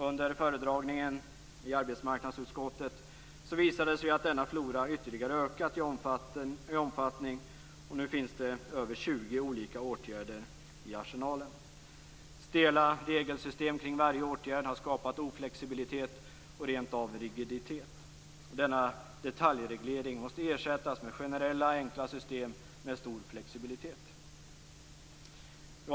Under föredragningen i arbetsmarknadsutskottet visade det sig att denna flora ytterligare ökat i omfattning, och nu finns det över 20 olika åtgärder i arsenalen. Stela regelsystem kring varje åtgärd har skapat oflexibilitet och rent av rigiditet. Denna detaljreglering måste ersättas med generella enkla system med stor flexibilitet.